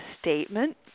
statement